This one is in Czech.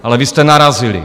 Ale vy jste narazili!